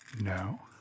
No